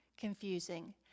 confusing